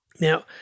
Now